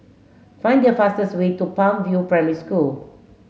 find the fastest way to Palm View Primary School